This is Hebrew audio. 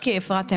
מפתיע...